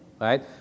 right